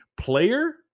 player